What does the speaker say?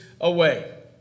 away